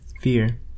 Fear